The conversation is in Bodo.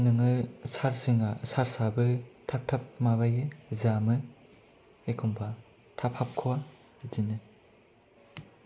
नोङो चार्ज होना चार्ज आबो थाब थाब माबायो जामो एखनब्ला थाब हाबखवा बिदिनो